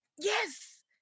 Yes